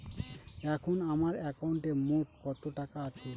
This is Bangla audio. এখন আমার একাউন্টে মোট কত টাকা আছে?